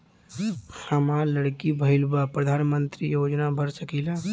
हमार लड़की भईल बा प्रधानमंत्री योजना भर सकीला?